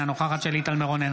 אינה נוכחת שלי טל מירון,